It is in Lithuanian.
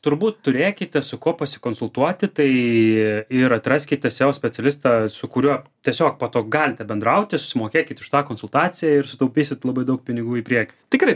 turbūt turėkite su kuo pasikonsultuoti tai ir atraskite seo specialistą su kuriuo tiesiog po to galite bendrauti susimokėkit už tą konsultaciją ir sutaupysit labai daug pinigų į priekį tikrai